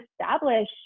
establish